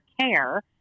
care